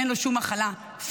אין לו שום מחלה פיזית.